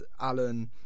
Alan